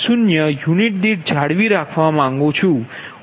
0 unit દીઠ જાળવી રાખવા માંગું છું